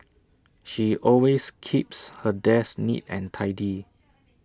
she always keeps her desk neat and tidy